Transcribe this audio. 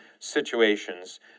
situations